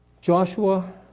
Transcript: Joshua